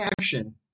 action